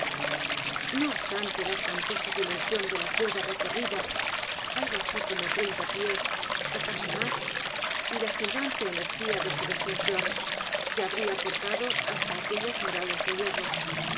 no obstante la espantosa dimensión de la curva recorrida algo así como treinta pies acaso más y la silbante energía de su descensión que habría cortado h a s t a aquellas murallas de hierro